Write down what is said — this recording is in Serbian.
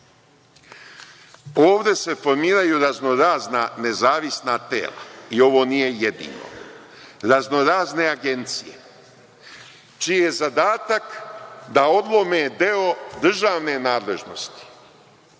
Ovde se formiraju razno-razna nezavisna tela i ovo nije jedino, razno-razne agencije, čiji je zadatak da odlome deo državne nadležnosti,